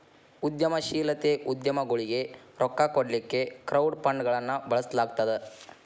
ಉದ್ಯಮಶೇಲತೆ ಉದ್ಯಮಗೊಳಿಗೆ ರೊಕ್ಕಾ ಕೊಡ್ಲಿಕ್ಕೆ ಕ್ರೌಡ್ ಫಂಡ್ಗಳನ್ನ ಬಳಸ್ಲಾಗ್ತದ